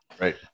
Right